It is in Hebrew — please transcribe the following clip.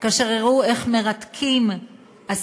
כאשר הראו איך מרתקים אסיר,